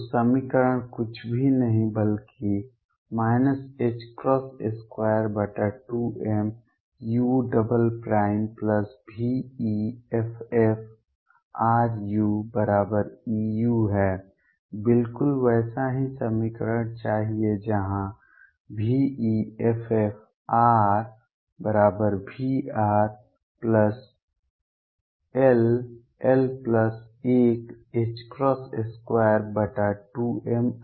तो समीकरण कुछ भी नहीं बल्कि 22m uveffuEu है बिल्कुल वैसा ही समीकरण चाहिए जहां veffrVrll122mr2